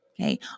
okay